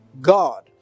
God